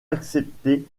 accepté